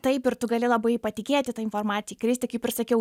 taip ir tu gali labai patikėti ta informacija įkristi kaip ir sakiau